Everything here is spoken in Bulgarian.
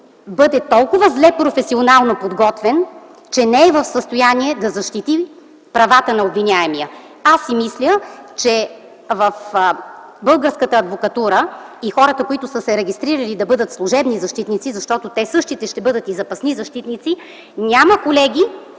бъде толкова зле професионално подготвен, че не е в състояние да защити правата на обвиняемия. Аз мисля, че в българската адвокатура и хората, които са се регистрирали да бъдат служебни защитници, защото те същите ще бъдат и запасни защитници, няма колеги,